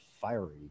fiery